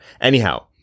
Anyhow